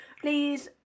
please